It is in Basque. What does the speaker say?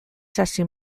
sasi